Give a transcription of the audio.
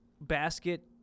Basket